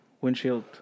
windshield